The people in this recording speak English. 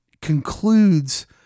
concludes